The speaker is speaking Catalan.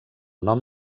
nom